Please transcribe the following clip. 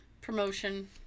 Promotion